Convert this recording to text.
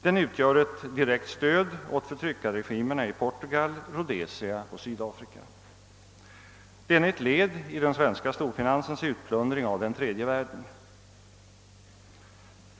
Det utgör ett direkt stöd åt förtryckarregimerna i Porugal, Rhodesia och Sydafrika. De är ett led i den svenska storfinansens utplundring av den tredje världens folk.